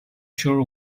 sure